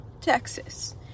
Texas